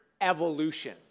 evolution